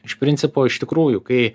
iš principo iš tikrųjų kai